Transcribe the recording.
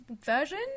version